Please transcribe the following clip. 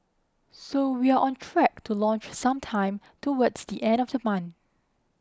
so we're on track to launch sometime towards the end of the month